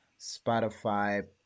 Spotify